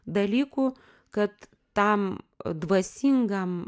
dalykų kad tam dvasingam